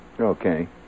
Okay